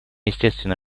естественно